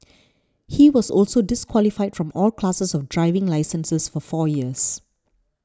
he was also disqualified from all classes of driving licenses for four years